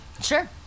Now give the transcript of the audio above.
Sure